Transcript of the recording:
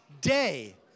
day